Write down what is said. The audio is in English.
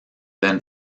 then